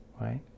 right